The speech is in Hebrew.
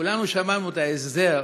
כולנו שמענו על ההסדר,